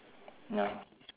ya